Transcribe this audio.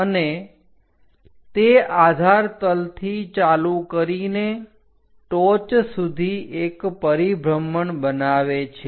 અને તે આધાર તલથી ચાલુ કરીને ટોચ સુધી એક પરિભ્રમણ બનાવે છે